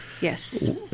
Yes